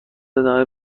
ادامه